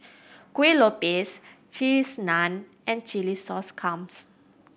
Kueh Lupis Cheese Naan and chilli sauce clams